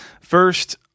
first